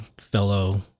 fellow